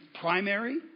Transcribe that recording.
primary